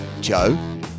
Joe